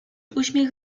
uśmiech